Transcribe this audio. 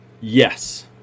yes